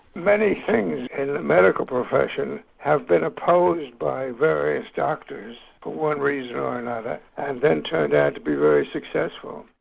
many things in the medical profession have been opposed by various doctors for one reason or another and then turned out to be very successful.